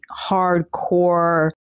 hardcore